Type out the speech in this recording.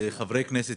חברי הכנסת